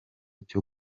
cyo